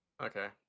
Okay